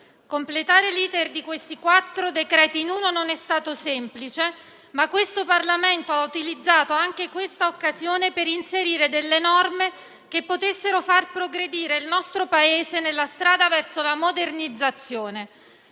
completare l'*iter* di esame di questi quattro decreti in uno non è stato semplice, ma questo Parlamento ha utilizzato anche quest'occasione per inserire delle norme che potessero far progredire il nostro Paese nella strada verso la modernizzazione.